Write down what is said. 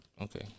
okay